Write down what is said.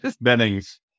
Bennings